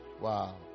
Wow